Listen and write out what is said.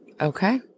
okay